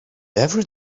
every